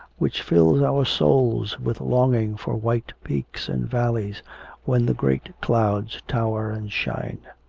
which fills our souls with longing for white peaks and valleys when the great clouds tower and shine.